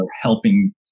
helping